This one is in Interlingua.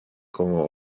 como